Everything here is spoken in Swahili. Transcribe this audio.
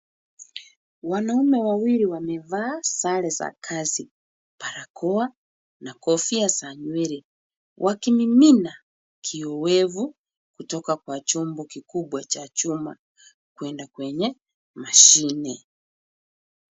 Wanaume wawili wamevaa sare za kazi. barakoa na kofia za nywele wakimimina, kioevu kutoka kwa chumbo kikubwa cha chuma kwenda kwenye mashine.